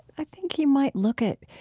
i think you might look at